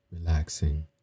relaxing